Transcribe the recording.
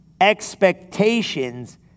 expectations